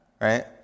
right